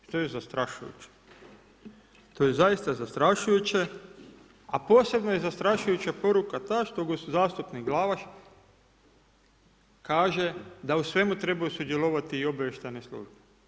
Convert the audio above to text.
To je zastrašujuće, to je zaista zastrašujuće a posebno je zastrašujuća poruka ta da zastupnik Glavaš kaže da u svemu trebaju sudjelovati i obavještajne službe.